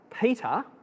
Peter